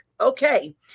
okay